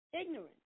Ignorance